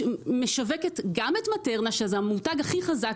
משווקת גם את מטרנה שזה המותג הכי חזק,